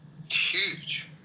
Huge